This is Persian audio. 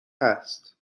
هست